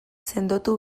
sendotu